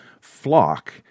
flock